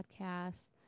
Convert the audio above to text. podcasts